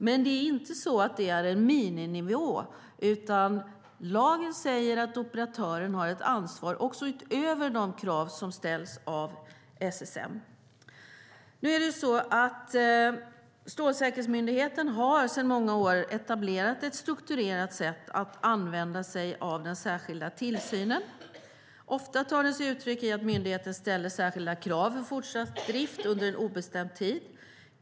Men det är inte fråga om någon miniminivå, utan lagen säger att operatören har ett ansvar också utöver de krav som fastställs av SSM. Strålsäkerhetsmyndigheten har sedan många år etablerat ett strukturerat sätt att använda sig av den särskilda tillsynen. Ofta tar det sig uttryck i att myndigheten ställer särskilda krav för fortsatt drift under obestämd tid.